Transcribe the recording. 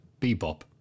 Bebop